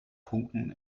punkten